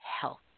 health